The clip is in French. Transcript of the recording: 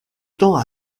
temps